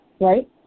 right